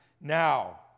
now